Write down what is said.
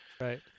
right